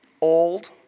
old